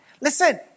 Listen